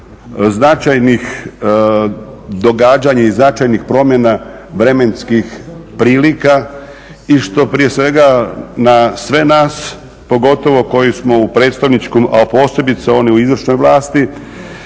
značajnih događanja i značajnih promjena vremenskih prilika i što prije svega na sve nas, pogotovo koji smo u predstavničkom, a posebice oni u izvršnoj vlasti,